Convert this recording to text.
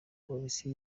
polisi